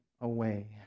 away